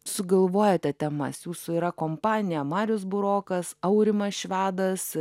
sugalvojate temas jūsų yra kompanija marius burokas aurimas švedas